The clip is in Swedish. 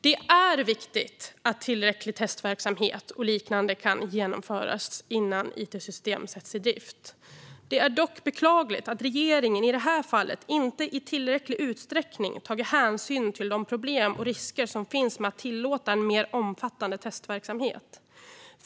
Det är viktigt att tillräcklig testverksamhet och liknande kan genomföras innan it-system sätts i drift. Det är dock beklagligt att regeringen i detta fall inte i tillräcklig utsträckning har tagit hänsyn till de problem och risker som finns med att tillåta en mer omfattande testverksamhet.